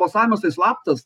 balsavimas tai slaptas